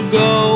go